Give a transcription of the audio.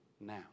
now